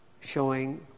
showing